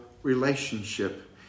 relationship